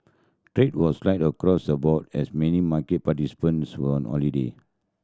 trade was light across the board as many market participants were on holiday